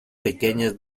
pequeñas